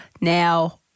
Now